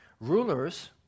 rulers